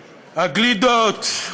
הגלידות,